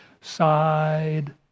side